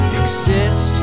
exist